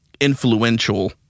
influential